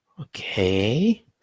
Okay